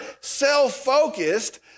self-focused